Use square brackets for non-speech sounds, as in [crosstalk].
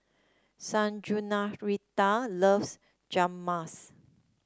[unintelligible] loves Rajmas